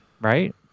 Right